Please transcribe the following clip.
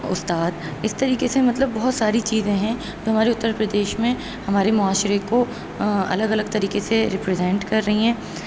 استاد اس طریقے سے مطلب بہت ساری چیزیں ہیں تو ہمارے اترپردیش میں ہمارے معاشرے کو الگ الگ طریقے سے ریپرزینٹ کر رہی ہیں